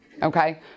Okay